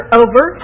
over